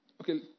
Okay